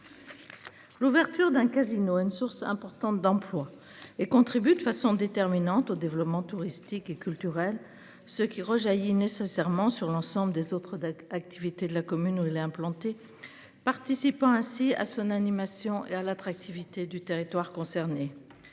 L'ouverture d'un casino, une source importante d'emplois et contribue de façon déterminante au développement touristique et culturel ce qui rejaillit nécessairement sur l'ensemble des autres activités de la commune où il est implanté. Participant ainsi à son animation et à l'attractivité du territoire concerné.